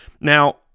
Now